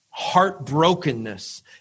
heartbrokenness